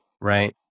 right